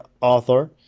author